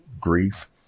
Grief